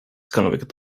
convict